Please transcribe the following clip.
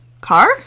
car